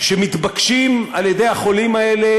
שמתבקשים על-ידי החולים האלה,